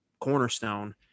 cornerstone